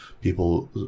people